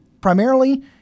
primarily